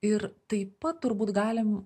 ir taip pat turbūt galim